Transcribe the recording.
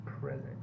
present